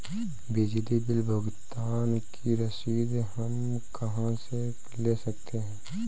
बिजली बिल भुगतान की रसीद हम कहां से ले सकते हैं?